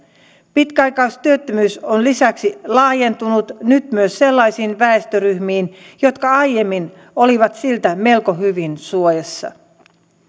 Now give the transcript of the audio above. pitkäaikaistyöttömyys on lisäksi laajentunut nyt myös sellaisiin väestöryhmiin jotka aiemmin olivat siltä melko hyvin suojassa